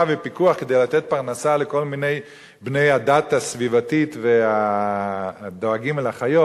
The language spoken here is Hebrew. ופיקוח כדי לתת פרנסה לכל מיני בני הדת הסביבתית והדואגים לחיות.